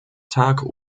tag